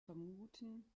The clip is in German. vermuten